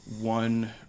one